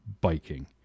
biking